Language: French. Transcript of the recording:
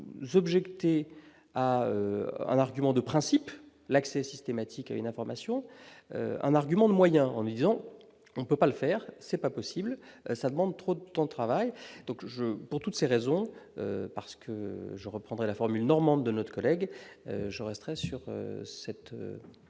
vous objecter à un argument de principe l'accès systématique à une information, un argument de moyens en disant : on ne peut pas le faire, c'est pas possible ça demande trop de temps de travail, donc je pour toutes ces raisons, parce que je reprendrais la formule normande de notre collègue, je resterai sur cette